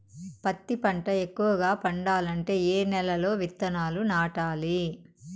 పత్తి పంట ఎక్కువగా పండాలంటే ఏ నెల లో విత్తనాలు నాటాలి?